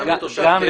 גם אם